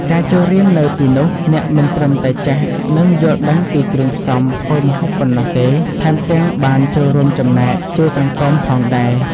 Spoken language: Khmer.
ការចូលរៀននៅទីនោះអ្នកមិនត្រឹមតែចេះនឹងយល់ដឹងពីគ្រឿងផ្សំធ្វើម្ហូបប៉ុណ្ណោះទេថែមទាំង បានចូលរួមចំណែកជួយសង្គម ផងដែរ។